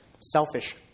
selfish